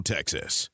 Texas